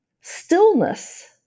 Stillness